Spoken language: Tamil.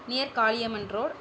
near Kaliamman road